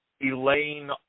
Elaine